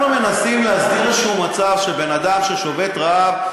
אנחנו מנסים להסדיר איזשהו מצב שבן-אדם ששובת רעב,